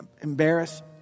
embarrass